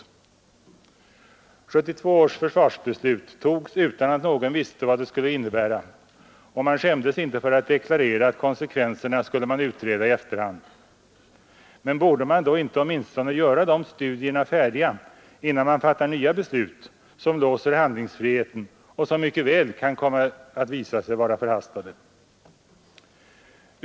1972 års försvarsbeslut togs utan att någon visste vad det kunde innebära, och man skämdes inte för att deklarera att konsekvenserna skulle man utreda i efterhand. Men borde man då inte åtminstone göra de studierna färdiga innan man fattar nya beslut som låser handlingsfriheten och som mycket väl kan visa sig vara förhastade?